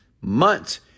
months